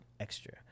extra